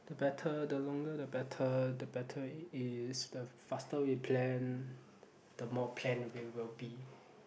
the better the longer the better the better is the faster we plan the more planned we will be